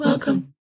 Welcome